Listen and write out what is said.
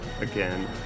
again